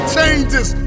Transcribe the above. changes